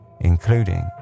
including